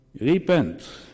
repent